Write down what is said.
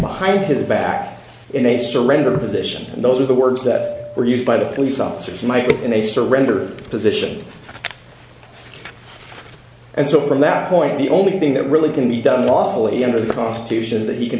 behind his back in a surrender position and those are the words that were used by the police officers might be in a surrender position and so from that point the only thing that really can be done lawfully under the constitution is that he c